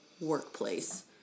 workplace